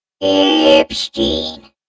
Epstein